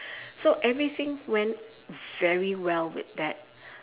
so everything went very well with that